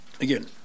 Again